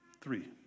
Three